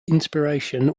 inspiration